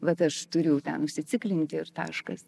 vat aš turiu ten užsiciklinti ir taškas